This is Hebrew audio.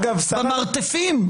במרתפים.